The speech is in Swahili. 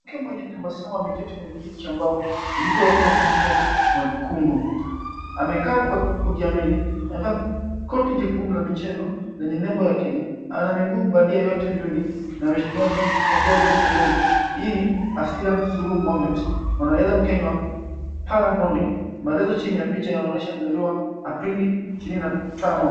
Mke mwenye tabasamu ameketi kwenye kiti cha mbao kilichowekwa mto mwekundu. Amekaa kwa kujiamini, amevaa koti jekundu la michezo lenye nembo ya Kenya, ana miguu bandia yote miwili na anashikilia mikongojo pembeni. Hii ni Asira Sururu Mohammed, mwanariadha mkenya wa Para Rowing . Maelezo chini ya picha yanaonyesha alizaliwa Aprili ishirini na tano.